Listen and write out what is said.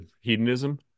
hedonism